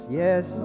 yes